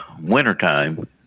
wintertime